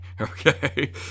Okay